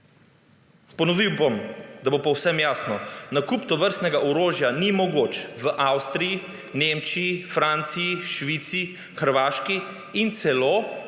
Ponovil bom, da bo povsem jasno. nakup tovrstnega orožja ni mogoč v Avstriji, Nemčiji, Franciji, Švici, Hrvaški in celo